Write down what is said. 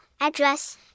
Address